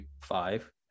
five